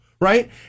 right